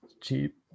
Cheap